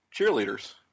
cheerleaders